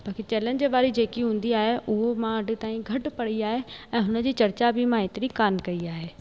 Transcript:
बाक़ी चैलेंज वारी जेकी हूंदी आहे उहो मां अॼ ताईं घटि पढ़ी आहे ऐं हुन जी चर्चा बि मां हेतिरी कान कई आहे